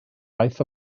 aeth